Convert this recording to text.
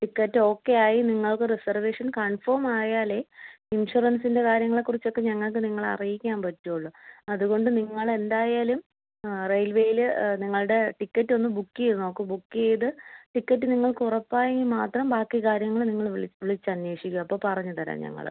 ticket okay ആയി നിങ്ങൾക്ക് reservation confirm ആയാലെ ഇൻഷുറൻസിൻ്റെ കാര്യങ്ങളെക്കുറിച്ചൊക്കെ ഞങ്ങൾക്ക് നിങ്ങളെ അറിയിക്കാൻ പറ്റുകയുള്ളു അതുകൊണ്ട് നിങ്ങളെന്തായാലും റെയിൽവേയില് നിങ്ങളുടെ ടിക്കറ്റൊന്ന് ബുക്ക് ചെയ്ത് നോക്കു ബുക്ക് ചെയ്ത് ടിക്കറ്റ് നിങ്ങൾക്കുറപ്പായെങ്കിൽ മാത്രം ബാക്കി കാര്യങ്ങള് നിങ്ങള് വിളി വിളിച്ചന്വേഷിക്ക് അപ്പോൾ പറഞ്ഞ് തരാം ഞങ്ങള്